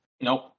nope